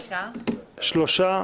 שלושה.